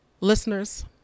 Listeners